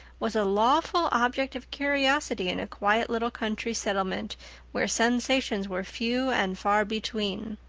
was a lawful object of curiosity in a quiet little country settlement where sensations were few and far between.